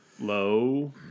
Low